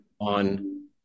on